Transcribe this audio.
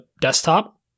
desktop